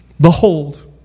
behold